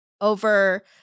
over